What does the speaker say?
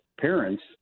parents